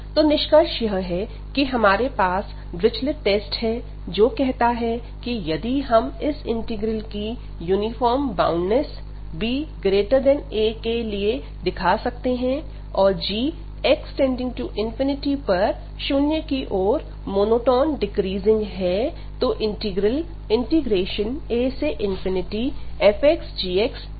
तो निष्कर्ष यह है कि हमारे पास डिरिचलेट टेस्ट Dirichlet's testहै जो कहता है कि यदि हम इस इंटीग्रल की यूनिफॉर्म बाउंडनेस baके लिए दिखा सकते हैं और g x→∞ पर शून्य की ओर मोनोटोन डिक्रीजिंग है तो इंटीग्रल afxgxdx कन्वर्ज करता है